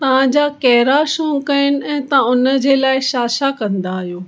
तव्हांजा कहिड़ा शौंक़ आहिनि ऐं तव्हां उनजे लाइ छा छा कंदा आहियो